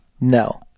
No